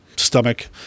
stomach